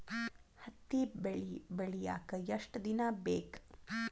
ಹತ್ತಿ ಬೆಳಿ ಬೆಳಿಯಾಕ್ ಎಷ್ಟ ದಿನ ಬೇಕ್?